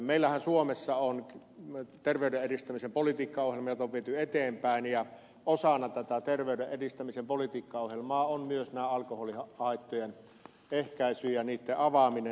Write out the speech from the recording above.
meillähän suomessa on terveyden edistämisen politiikkaohjelma jota on viety eteenpäin ja osana tätä terveyden edistämisen politiikkaohjelmaa on myös tämä alkoholihaittojen ehkäisy ja niitten avaaminen